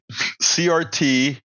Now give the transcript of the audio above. CRT